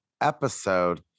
episode